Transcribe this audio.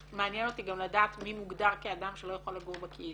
כשמעניין אותי גם לדעת מי מוגדר כאדם שלא יכול לגור בקהילה,